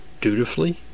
dutifully